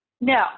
No